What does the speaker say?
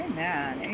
Amen